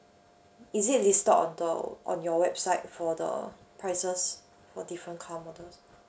is it listed on the on your website for the prices for different car models